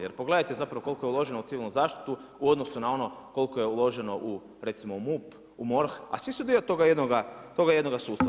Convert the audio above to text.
Jer pogledajte zapravo koliko je uloženo u civilnu zaštitu u odnosu na ono koliko je uloženo recimo u MUP, u MORH, a svi su dio toga jednoga sustava.